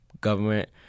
government